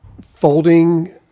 folding